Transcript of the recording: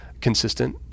consistent